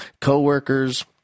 co-workers